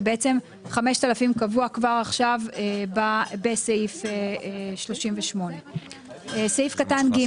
ובעצם 5,000 קבוע כבר עכשיו בסעיף 38. (ג)